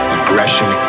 Aggression